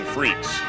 Freaks